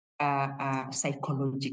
Psychological